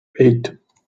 eight